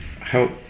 help